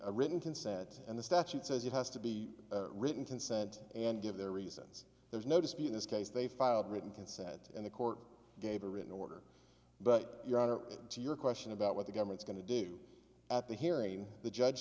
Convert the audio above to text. a written consent and the statute says it has to be written consent and give their reasons there's no disputing this case they filed written consent and the court gave a written order but your honor to your question about what the government's going to do at the hearing the judge